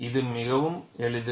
இது மிகவும் எளிது